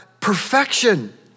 perfection